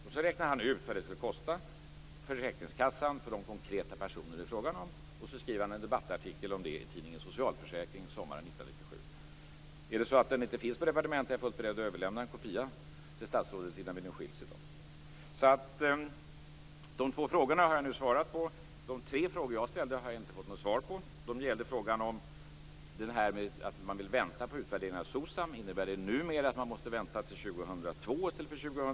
Sedan räknade han ut vad det skulle kosta försäkringskassan för de konkreta personer som det var fråga om, och sedan skrev han en debattartikel om detta i tidningen Socialförsäkring sommaren 1997. Om denna tidning inte finns på departementet är jag beredd att överlämna en kopia till statsrådet innan vi skiljs åt i dag. De två frågorna har jag nu svarat på. De tre frågor som jag ställde har jag inte fått något svar på. Den första frågan gällde att man vill vänta på en utvärdering av SOCSAM. Innebär det att man numera måste vänta till 2002 i stället för 2000?